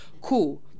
Cool